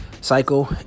cycle